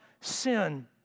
sin